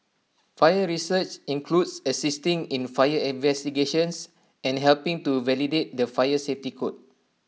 fire research includes assisting in fire investigations and helping to validate the fire safety code